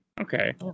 okay